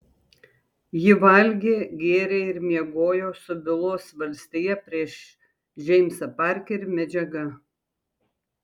ji valgė gėrė ir miegojo su bylos valstija prieš džeimsą parkerį medžiaga